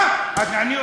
אבל מה אתה רוצה ממני?